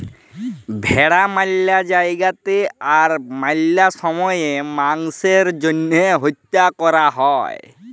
ভেড়া ম্যালা জায়গাতে আর ম্যালা সময়ে মাংসের জ্যনহে হত্যা ক্যরা হ্যয়